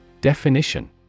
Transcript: Definition